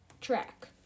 track